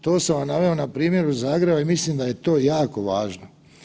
To sam naveo na primjeru Zagreba i mislim da je to jako važno.